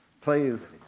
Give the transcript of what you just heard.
Please